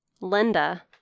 Linda